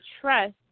trust